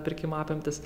pirkimo apimtis